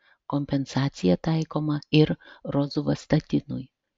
kompensacija taikoma ir rozuvastatinui